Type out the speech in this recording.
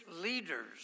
leaders